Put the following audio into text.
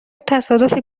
تصادفی